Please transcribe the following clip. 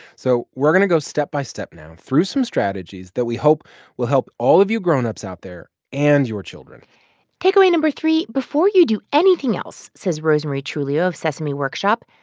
so we're going to go step by step now through some strategies that we hope will help all of you grown-ups out there and your children takeaway no. three before you do anything else says, rosemarie truglio of sesame workshop,